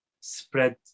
spread